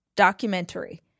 documentary